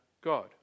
God